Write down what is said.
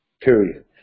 period